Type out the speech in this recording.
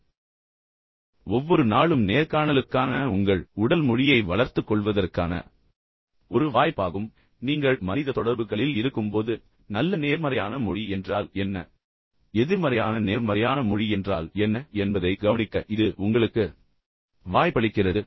உண்மையில் ஒவ்வொரு நாளும் நேர்காணலுக்கான உங்கள் உடல் மொழியை வளர்த்துக் கொள்வதற்கான ஒரு வாய்ப்பாகும் ஒவ்வொரு முறையும் நீங்கள் மனித தொடர்புகளில் இருக்கும்போது நல்ல நேர்மறையான மொழி என்றால் என்ன எதிர்மறையான நேர்மறையான மொழி என்றால் என்ன என்பதைக் கவனிக்க இது உங்களுக்கு வாய்ப்பளிக்கிறது